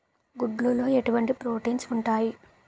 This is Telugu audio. గుడ్లు లో ఎటువంటి ప్రోటీన్స్ ఉంటాయి?